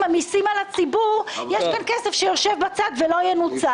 -- על הציבור, יש כאן כסף שיושב בצד ולא ינוצל.